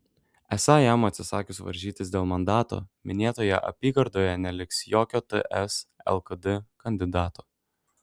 esą jam atsisakius varžytis dėl mandato minėtoje apygardoje neliks jokio ts lkd kandidato